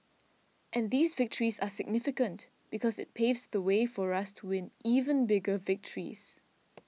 and these victories are significant because it paves the way for us to win even bigger victories